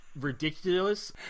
ridiculous